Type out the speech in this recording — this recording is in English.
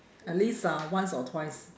at least uh once or twice